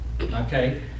Okay